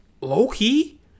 Loki